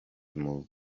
move